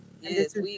Yes